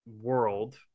world